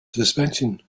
suspension